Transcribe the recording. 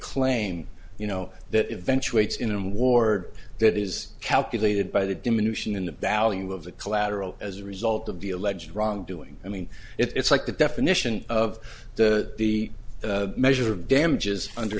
claim you know that eventuates in award that is calculated by the diminution in the value of the collateral as a result of the alleged wrongdoing i mean it's like the definition of the the measure of damages under